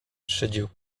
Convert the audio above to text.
szydził